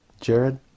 Jared